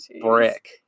brick